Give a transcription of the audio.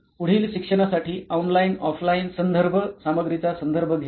पुढील शिक्षणासाठी ऑनलाइनऑफलाईन संदर्भ सामग्रीचा संदर्भ घेत आहे